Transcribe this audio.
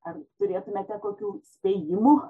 ar turėtumėte kokių spėjimų